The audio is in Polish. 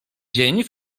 dzień